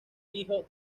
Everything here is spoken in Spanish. hijo